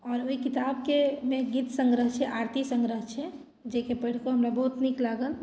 आओर ओहि किताबके मे गीत संग्रह छै आरती संग्रह छै जे कि पढ़ि कऽ हमरा बहुत नीक लागल